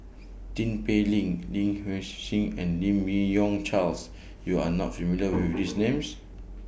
Tin Pei Ling Lin Hsin and Lim Yi Yong Charles YOU Are not familiar with These Names